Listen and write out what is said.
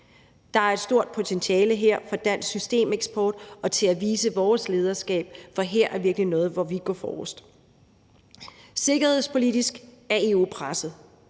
Der er et stort potentiale her for dansk systemeksport og for at vise vores lederskab, for her er virkelig noget, hvor vi går forrest. Sikkerhedspolitisk er EU presset.